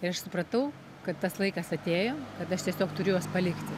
ir aš supratau kad tas laikas atėjo kad aš tiesiog turiu juos palikti